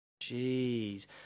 Jeez